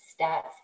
stats